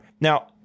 Now